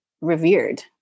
revered